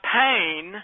pain